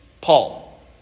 Paul